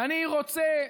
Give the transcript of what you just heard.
ואני רוצה,